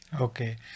Okay